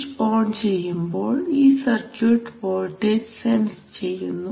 switch on ചെയ്യുമ്പോൾ ഈ circuit voltage sense ചെയ്യുന്നു